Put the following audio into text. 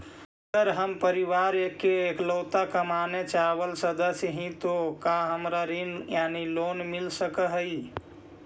अगर हम परिवार के इकलौता कमाने चावल सदस्य ही तो का हमरा ऋण यानी लोन मिल सक हई?